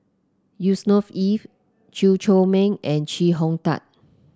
Yusnor Ef Chew Chor Meng and Chee Hong Tat